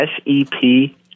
SEP